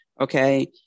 Okay